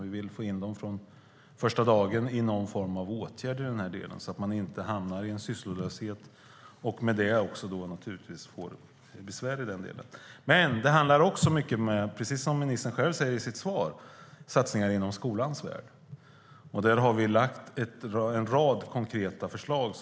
Vi vill få in dem i någon form av åtgärd redan från första dagen så att de inte hamnar i sysslolöshet och därmed besvär. Men precis som ministern själv säger i sitt svar handlar det också mycket om satsningar inom skolans värld. Där har vi lagt fram en rad konkreta förslag.